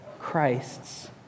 christ's